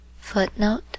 Footnote